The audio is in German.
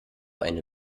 eine